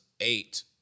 eight